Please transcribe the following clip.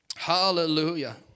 hallelujah